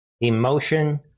Emotion